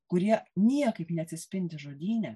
kurie niekaip neatsispindi žodyne